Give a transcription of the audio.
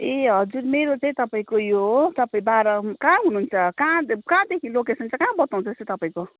ए हजुर मेरो चाहिँ तपाईँको यो तपाईँ बाह्र कहाँ हुनुहुन्छ कहाँ कहाँदेखि लोकेसन चाहिँ कहाँ बताउँदैछ तपाईँको